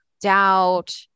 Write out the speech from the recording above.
doubt